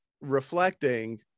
reflecting